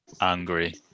angry